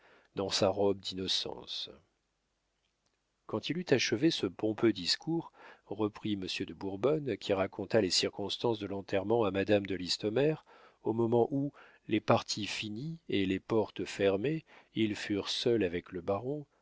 dans sa robe d'innocence quand il eut achevé ce pompeux discours reprit monsieur de bourbonne qui raconta les circonstances de l'enterrement à madame de listomère au moment où les parties finies et les portes fermées ils furent seuls avec le baron